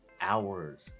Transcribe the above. hours